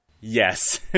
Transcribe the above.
Yes